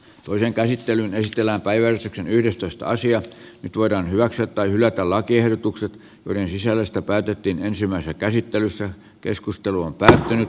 toinen käsittely veistellä päivän yhdestoista nyt voidaan hyväksyä tai hylätä lakiehdotukset joiden sisällöstä päätettiin ensimmäisessä käsittelyssä keskusteluun päin